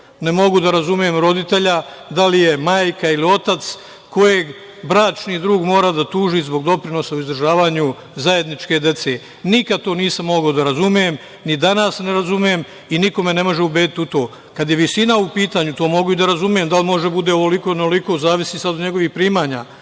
ne mogu da razumem roditelja, da li je majka ili otac kojeg bračni drug mora da tuži zbog doprinosa o izdržavanju zajedničke dece. Nikada to nisam mogao da razumem, ni danas ne razumem i niko me ne može ubediti u to. Kada je visina u pitanju, mogu da razumem da on može da bude onoliko ili ovoliko, zavisi od njegovih primanja,